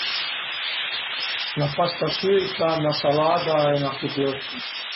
Üna pasta süita, 'na salada e la cutlëtta